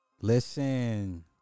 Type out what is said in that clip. Listen